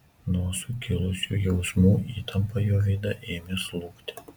nuo sukilusių jausmų įtampa jo veide ėmė slūgti